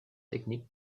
technique